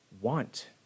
want